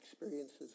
experiences